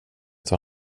tar